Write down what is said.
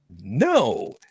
No